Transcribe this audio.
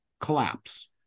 collapse